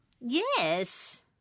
Yes